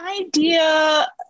idea